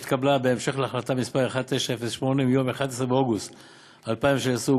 שהתקבלה בהמשך להחלטה מס' 1908 מיום 11 באוגוסט 2016,